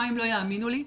מה אם לא יאמינו לי?